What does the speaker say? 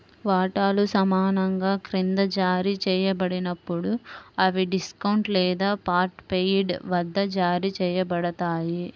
వాటాలు సమానంగా క్రింద జారీ చేయబడినప్పుడు, అవి డిస్కౌంట్ లేదా పార్ట్ పెయిడ్ వద్ద జారీ చేయబడతాయి